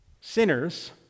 sinners